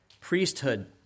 priesthood